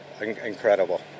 incredible